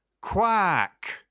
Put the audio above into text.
Quack